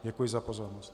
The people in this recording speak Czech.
Děkuji za pozornost.